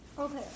Okay